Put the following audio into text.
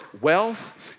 wealth